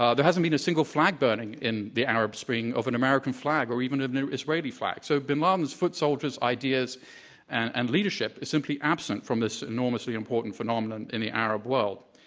ah there hasn't been a single flag burning in the arab spring of an american flag or even an israeli flag so bin laden's foot soldiers, ideas and leadership are simply absent from this enormously important phenomenon in the arab world.